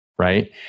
Right